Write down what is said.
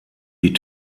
die